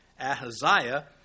Ahaziah